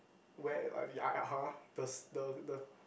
where are we ah !huh! the the the